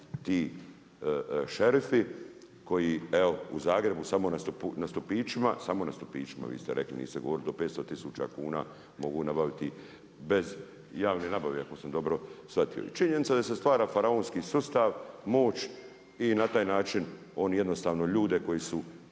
ti šerifi koji evo u Zagrebu samo na stupićima, samo na stupićima vi ste rekli, niste govorili do 500 tisuća kuna mogu nabaviti bez javne nabave ako sam dobro shvatio. I činjenica je da se stvara faraonski sustav, moć i na taj način on jednostavno ljude koji su